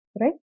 right